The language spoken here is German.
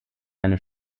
eine